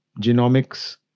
genomics